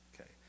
Okay